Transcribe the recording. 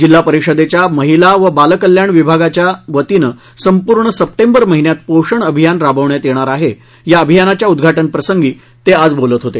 जिल्हा परिषदेच्या महिला व बाल कल्याण विभागाच्या वतीनं संपूर्ण सप्टेंबर महिन्यात पोषण अभियान राबविण्यात येणार आहे या अभियानाच्या उद्घाटनप्रसंगी ते आज बोलत होते